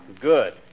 Good